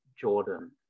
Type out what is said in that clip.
Jordan